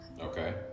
Okay